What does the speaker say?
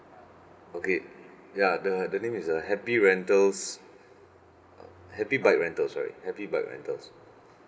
okay ya the the name is uh happy rentals happy bike rental sorry happy bike rentals